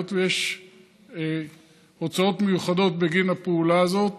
היות שיש הוצאות מיוחדות בגין הפעולה הזאת,